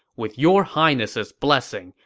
with your highness's blessing,